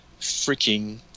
freaking